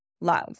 love